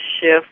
shift